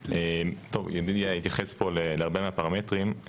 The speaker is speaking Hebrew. ידידיה התייחס פה להרבה מהפרמטרים,